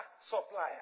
supplier